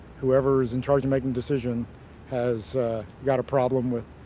whoever is in charge of making a decision has got a problem with,